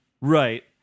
Right